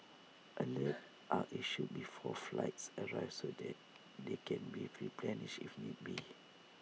alerts are issued before flights arrive so that they can be replenished if need be